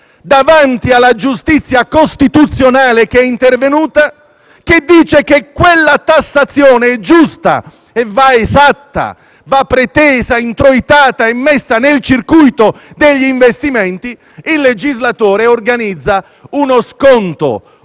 della giustizia costituzionale, che dice che quella tassazione è giusta, che va esatta, pretesa, introitata e messa nel circuito degli investimenti, il legislatore organizza uno sconto,